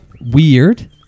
weird